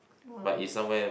!wow!